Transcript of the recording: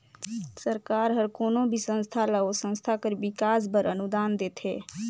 सरकार हर कोनो भी संस्था ल ओ संस्था कर बिकास बर अनुदान देथे